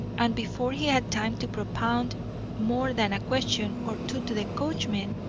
and before he had time to propound more than a question or two to the coachman,